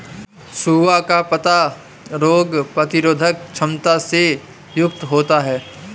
सोआ का पत्ता रोग प्रतिरोधक क्षमता से युक्त होता है